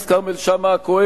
חבר הכנסת כרמל שאמה-הכהן,